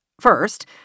First